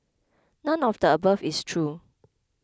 none of the above is true